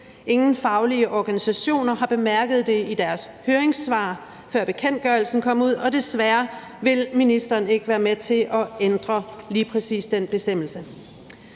ingen faglige organisationer har bemærket det i deres høringssvar, før bekendtgørelsen kom ud, og desværre vil ministeren ikke være med til at ændre lige præcis den bestemmelse.